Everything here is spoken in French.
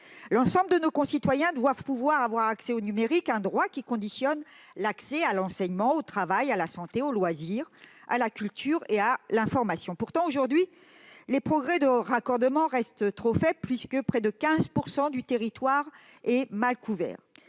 L'ensemble de nos concitoyens doivent pouvoir accéder au numérique. C'est un droit qui conditionne l'accès à l'enseignement, au travail, à la santé, aux loisirs, à la culture et à l'information. Pourtant, aujourd'hui, les progrès restent trop faibles en matière de raccordement, puisque près de 15 % du territoire est mal couvert.